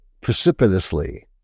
precipitously